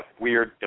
weird